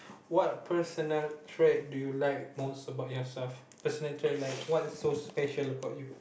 what personal trait do you like most about yourself personal trait like what is so special about you